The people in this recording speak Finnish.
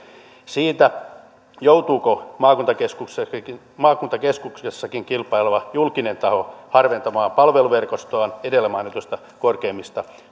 siitä joutuuko maakuntakeskuksessakin maakuntakeskuksessakin kilpaileva julkinen taho harventamaan palveluverkostoaan edellä mainituista korkeammista